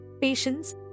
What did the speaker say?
patience